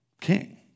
king